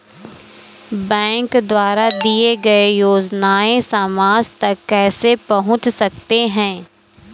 Bank द्वारा दिए गए योजनाएँ समाज तक कैसे पहुँच सकते हैं?